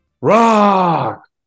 rock